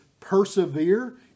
persevere